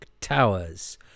Towers